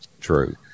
True